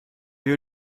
you